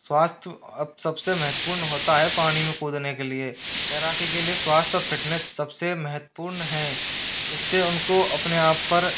स्वास्थय अब सबसे महत्वपूर्ण होता है पानी में कूदने के लिए तैराकी के लिए स्वास्थय फिटनेस सबसे महत्वपूर्ण हैं इससे उनको अपने आप पर